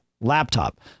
laptop